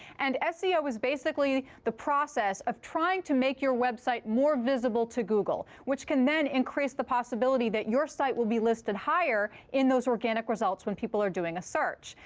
and seo is basically the process of trying to make your website more visible to google, which can then increase the possibility that your site will be listed higher in those organic results when people are doing a search.